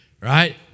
Right